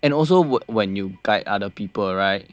and also when you guide other people right